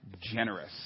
generous